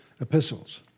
epistles